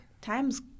Time's